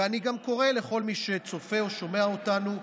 ואני גם קורא לכל מי שצופה בנו או שומע אותנו: